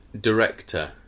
director